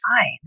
fine